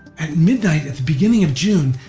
at midnight at the beginning of june,